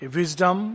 wisdom